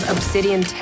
Obsidian